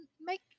make